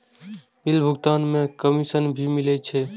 Bill भुगतान में commission भी मिले छै?